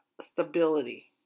stability